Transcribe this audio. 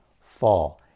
fall